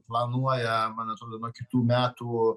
planuoja man atrodo nuo kitų metų